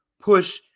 push